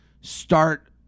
start